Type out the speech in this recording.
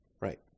Right